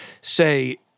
say